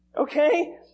Okay